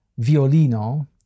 violino